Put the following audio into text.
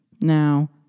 Now